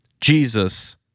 Jesus